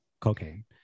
cocaine